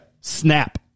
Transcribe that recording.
Snap